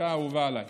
המחלקה האהובה עליי.